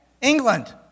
England